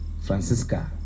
Francisca